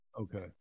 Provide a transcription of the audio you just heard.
Okay